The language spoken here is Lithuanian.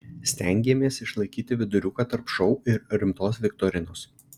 stengėmės išlaikyti viduriuką tarp šou ir rimtos viktorinos